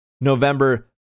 November